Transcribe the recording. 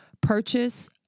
purchase